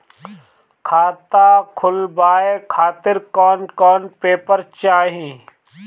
खाता खुलवाए खातिर कौन कौन पेपर चाहीं?